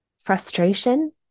Frustration